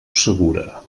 segura